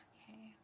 Okay